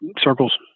circles